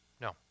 No